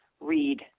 read